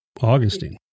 Augustine